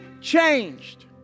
changed